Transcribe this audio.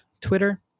Twitter